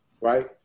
right